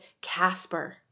Casper